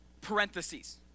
parentheses